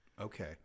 Okay